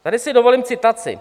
Tady si dovolím citaci: